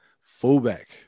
fullback